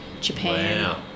Japan